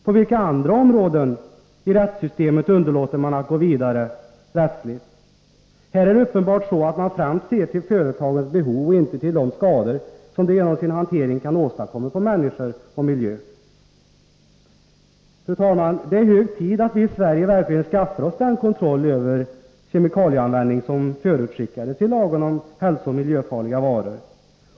På vilka andra områden i rättssystemet underlåter man att gå vidare rättsligt? Här är det uppenbart så, att man främst ser till företagens behov och inte till de skador som de genom sin hantering kan åstadkomma på människor och miljö. Fru talman! Det är hög tid att vi i Sverige verkligen skaffar oss den kontroll över kemikalieanvändningen som förutskickades i lagen om hälsooch miljöfarliga varor.